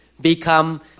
become